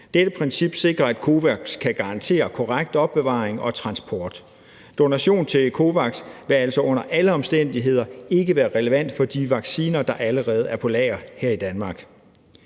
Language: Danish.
Dette princip sikrer, at COVAX kan sikre korrekt opbevaring og transport. Donation til COVAX vil altså under alle omstændigheder ikke være relevant for de vacciner, der allerede er på lager her i Danmark.